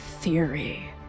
theory